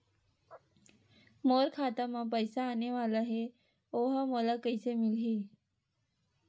मोर खाता म पईसा आने वाला हे ओहा मोला कइसे मिलही?